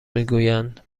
میگویند